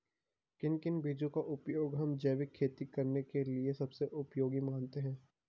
किन किन बीजों का उपयोग हम जैविक खेती करने के लिए सबसे उपयोगी मानते हैं?